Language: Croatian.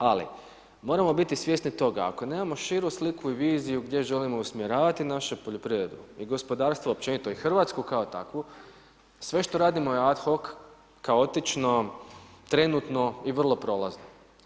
Ali, moramo biti svjesni toga ako nemamo širu sliku i viziju gdje želimo usmjeravati našu poljoprivredu i gospodarstvo općenito i RH kao takvu, sve što radimo je ad hoc, kaotično, trenutno i vrlo prolazno.